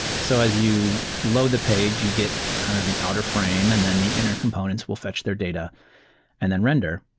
so as you load the page, you get kind of the outer frame and then the inner components will fetch their data and then render.